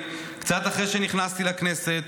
קצת אחרי שנכנסתי לכנסת,